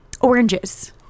Oranges